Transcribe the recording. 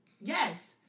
Yes